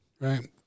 right